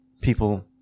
people